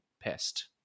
pest